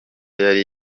yari